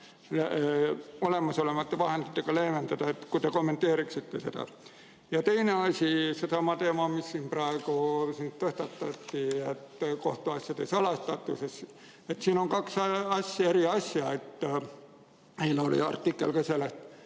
olemasolevate vahenditega leevendada. Kas te kommenteeriksite seda? Ja teine asi: seesama teema, mis siin praegu tõstatati, kohtuasjade salastatus. Siin on kaks eri asja. Eile ilmus artikkel ka sellest,